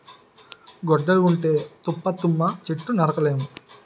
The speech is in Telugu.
గొడ్డలి ఉంటే తప్ప తుమ్మ చెట్టు నరక లేము